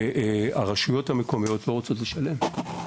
שהרשויות המקומיות לא רוצות לשלם.